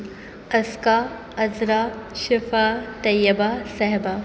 Azka Azra Shifa Tayyaba Sehba